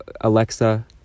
Alexa